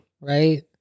right